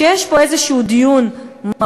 שיש פה איזה דיון מהותי,